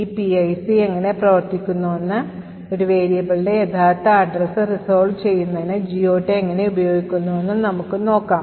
ഈ PIC എങ്ങനെ പ്രവർത്തിക്കുന്നുവെന്നും ഒരു വേരിയബിളിന്റെ യഥാർത്ഥ address resolve ചെയ്യുന്നതിന് GOT എങ്ങനെ ഉപയോഗിക്കുന്നുവെന്നും നമുക്ക് നോക്കാം